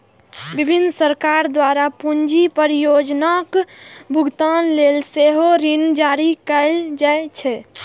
विभिन्न सरकार द्वारा पूंजी परियोजनाक भुगतान लेल सेहो ऋण जारी कैल जाइ छै